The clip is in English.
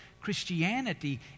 Christianity